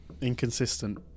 Inconsistent